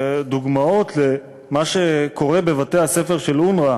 דוגמאות למה שקורה בבתי-הספר של אונר"א.